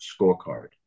scorecard